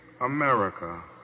America